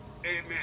Amen